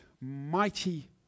mighty